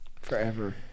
forever